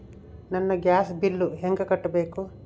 ನನ್ನ gas bill ಹೆಂಗ ಕಟ್ಟಬೇಕು?